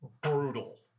Brutal